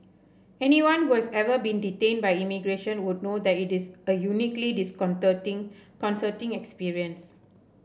anyone who has ever been detained by immigration would know that it is a uniquely concerting experience